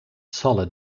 solid